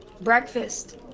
breakfast